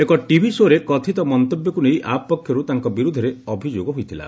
ଏକ ଟିଭିସୋରେ କଥିତ ମନ୍ତବ୍ୟକୁ ନେଇ ଆପ୍ ପକ୍ଷରୁ ତାଙ୍କ ବିରୁଦ୍ଧରେ ଅଭିଯୋଗ ହୋଇଥିଲା